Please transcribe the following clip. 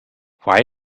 why